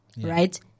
right